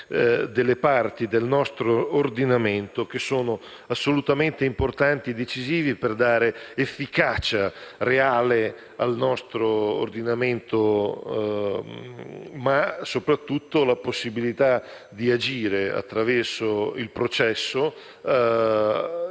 delle parti del nostro ordinamento che sono assolutamente importanti e decisive per dare efficacia reale allo stesso e soprattutto per garantire la possibilità di agire, attraverso il processo,